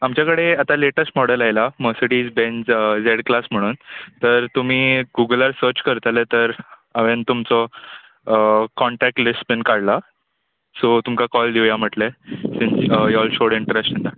आमच्या कडेन आतां लेटस्ट मॉडल आयला मसडीज बॅन्झ झॅड क्लास म्हणून तर तुमी गुगलार सर्च करतले तर हांवें तुमचो कॉण्टॅक्ट लीस्ट बी काडलां सो तुमकां कॉल दिवया म्हणलें since you'll showed interest in that